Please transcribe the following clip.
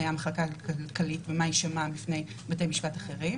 המחלקה הכלכלית ומה יישמע בפני בתי משפט אחרים,